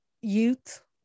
youth